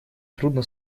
трудно